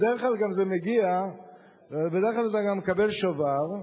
בדרך כלל אתה גם מקבל שובר,